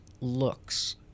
looks